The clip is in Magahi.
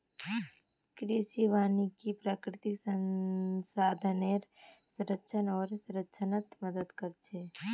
कृषि वानिकी प्राकृतिक संसाधनेर संरक्षण आर संरक्षणत मदद कर छे